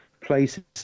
places